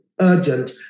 urgent